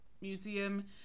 Museum